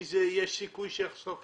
כי יש סיכוי שזה יחסוך